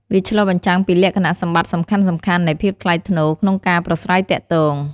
វាឆ្លុះបញ្ចាំងពីលក្ខណៈសម្បត្តិសំខាន់ៗនៃភាពថ្លៃថ្នូរ ក្នុងការប្រាស្រ័យទាក់ទង។